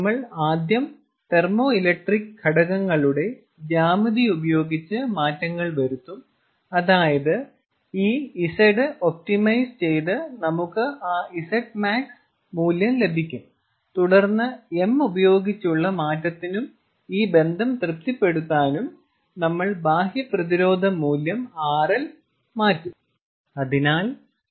നമ്മൾ ആദ്യം തെർമോഇലക്ട്രിക് ഘടകങ്ങളുടെ ജ്യാമിതി ഉപയോഗിച്ച് മാറ്റങ്ങൾ വരുത്തും അതായത് ഈ Z ഒപ്റ്റിമൈസ് ചെയ്ത് നമുക്ക് ആ Z മാക്സ് മൂല്യം ലഭിക്കും തുടർന്ന് m ഉപയോഗിച്ചുള്ള മാറ്റത്തിനും ഈ ബന്ധം തൃപ്തിപ്പെടുത്താനും നമ്മൾ ബാഹ്യ പ്രതിരോധ മൂല്യം RL മാറ്റും